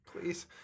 please